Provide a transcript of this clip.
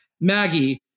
Maggie